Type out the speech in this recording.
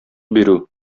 бирү